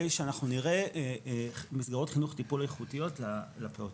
שאנחנו נראה מסגרות חינוך טיפול איכותיות לפעוטות.